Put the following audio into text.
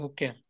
Okay